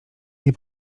nie